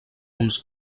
uns